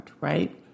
right